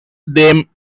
them